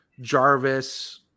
Jarvis